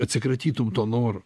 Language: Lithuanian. atsikratytum to noro